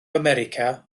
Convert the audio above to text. america